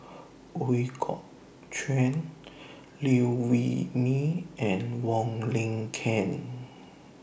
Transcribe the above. Ooi Kok Chuen Liew Wee Mee and Wong Lin Ken